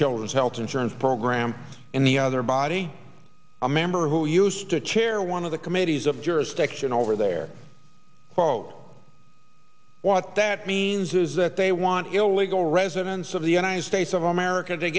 children's health insurance program in the other body a member who used to chair one of the committees of jurisdiction over there quote what that means is that they want illegal residents of the united states of america t